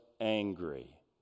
angry